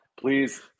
Please